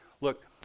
Look